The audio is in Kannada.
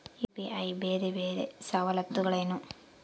ಯು.ಪಿ.ಐ ಬೇರೆ ಬೇರೆ ಸವಲತ್ತುಗಳೇನು?